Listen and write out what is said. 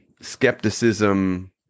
skepticism